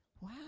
wow